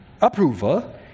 approval